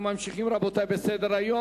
רבותי, אנחנו ממשיכים בסדר-היום: